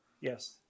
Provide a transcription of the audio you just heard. Yes